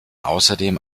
außerdem